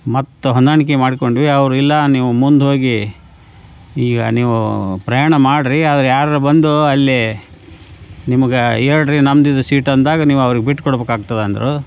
ಮತ್ತೆ ಹೊಂದಾಣಿಕೆ ಮಾಡಿಕೊಂಡ್ವಿ ಅವ್ರು ಇಲ್ಲ ನೀವು ಮುಂದೋಗಿ ಈಗ ನೀವು ಪ್ರಯಾಣ ಮಾಡಿರಿ ಆದರೆ ಯಾರಾರ ಬಂದು ಅಲ್ಲಿ ನಿಮ್ಗೆ ಏಳಿರಿ ನಮ್ಮದಿದು ಸೀಟ್ ಅಂದಾಗ ನೀವು ಅವ್ರಿಗೆ ಬಿಟ್ಟು ಕೊಡ್ಬೇಕಾಗ್ತದೆ ಅಂದರು